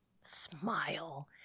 smile